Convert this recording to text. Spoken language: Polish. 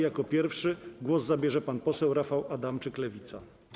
Jako pierwszy głos zabierze pan poseł Rafał Adamczyk, Lewica.